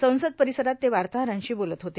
संसद परिसरात ते वार्ताहरांशी बोलत होते